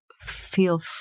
feel